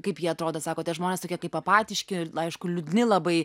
kaip jie atrodo sakot tie žmonės tokie kaip apatiški aišku liūdni labai